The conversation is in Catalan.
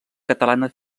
catalana